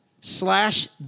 slash